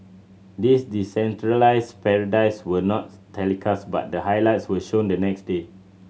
these decentralised parades were not telecast but the highlights were shown the next day